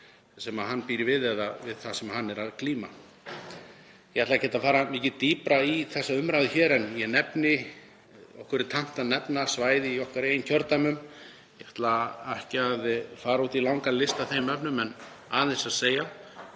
sem hann býr við eða er að glíma við. Ég ætla ekkert að fara mikið dýpra í þessa umræðu hér en okkur er tamt að nefna svæði í okkar eigin kjördæmum. Ég ætla ekki að fara út í langa lista í þeim efnum en aðeins að segja